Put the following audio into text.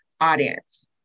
audience